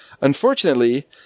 Unfortunately